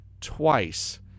twice